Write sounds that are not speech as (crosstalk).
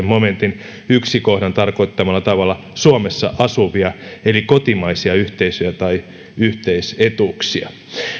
(unintelligible) momentin ensimmäisen kohdan tarkoittamalla tavalla suomessa asuvia eli kotimaisia yhteisöjä tai yhteisetuuksia